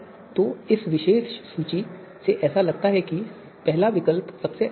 तो इस विशेष सूची से ऐसा लगता है कि पहला विकल्प सबसे अच्छा है